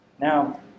Now